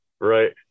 Right